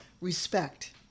respect